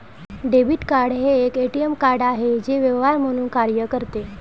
debit card हे एक ATM card आहे जे व्यवहार म्हणून कार्य करते